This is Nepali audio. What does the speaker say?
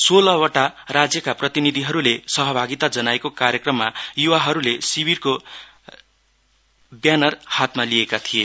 सोह्वटा राज्यका प्रतिभागिहरुले सहभागिता जनाएको कार्यक्रममा युवाहहरुले शिविरको व्यानर हातमा लिएका थिए